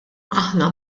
aħna